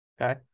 Okay